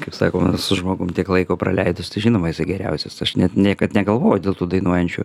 kaip sakoma su žmogum tiek laiko praleidus tai žinoma jisai geriausias aš net niekad negalvojau dėl tų dainuojančių